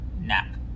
nap